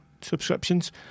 subscriptions